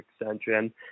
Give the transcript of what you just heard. extension